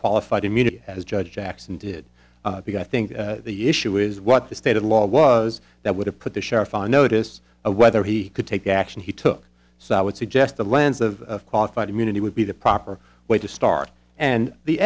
qualified immunity as judge jackson did because i think the issue is what the state of the law was that would have put the sheriff on notice of whether he could take the action he took so i would suggest the lens of qualified immunity would be the proper way to start and the